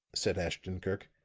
said ashton-kirk.